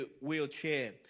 wheelchair